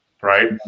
Right